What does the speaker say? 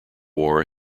war